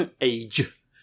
Age